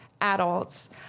adults